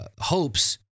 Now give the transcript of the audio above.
hopes